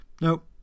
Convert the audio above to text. Nope